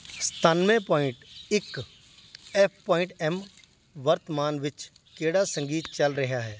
ਸਤਾਨਵੇਂ ਪੁਆਇੰਟ ਇੱਕ F point M ਵਰਤਮਾਨ ਵਿੱਚ ਕਿਹੜਾ ਸੰਗੀਤ ਚੱਲ ਰਿਹਾ ਹੈ